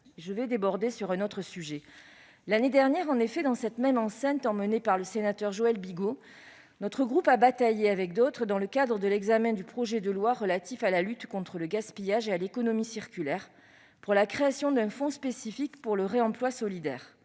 reculer de deux demain. L'année dernière, dans cette même enceinte, emmené par Joël Bigot, notre groupe a bataillé, avec d'autres, dans le cadre de l'examen du projet de loi relatif à la lutte contre le gaspillage et à l'économie circulaire, pour la création d'un fonds spécifique pour le réemploi solidaire.